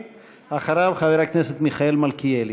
אחריו, חבר הכנסת מיכאל מלכיאלי.